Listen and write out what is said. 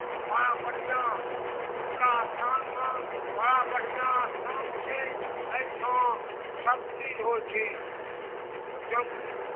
बड़ा बढ़िया दुर्गा स्थान मऽ बड़ा बढ़िया स्थान छै अहिठाम सभचीज होइ छै एकदम